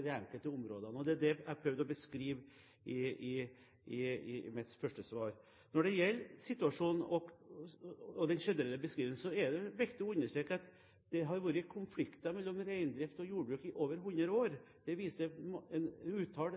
de enkelte områdene er i. Det var det jeg prøvde å beskrive i mitt første svar. Når det gjelder situasjonen og den generelle beskrivelse, er det viktig å understreke at det har vært konflikter mellom reindrift og jordbruk i over hundre år. Det viser